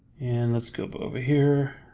and let's go up over here,